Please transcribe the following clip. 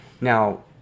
Now